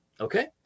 Okay